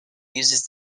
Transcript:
uses